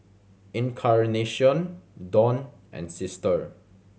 Encarnacion Don and Sister